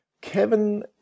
Kevin